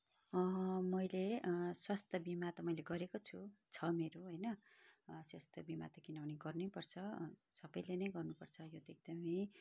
मैले स्वास्थ्य बिमा त मैले गरेको छु छ मेरो होइन स्वास्थ्य बिमा त किनभने गर्नै पर्छ सबैले नै गर्नुपर्छ यो त एकदमै